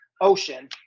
ocean